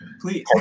Please